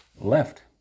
left